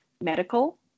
medical